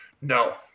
No